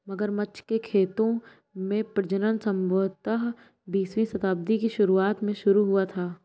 मगरमच्छ के खेतों में प्रजनन संभवतः बीसवीं शताब्दी की शुरुआत में शुरू हुआ था